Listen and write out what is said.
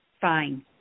fine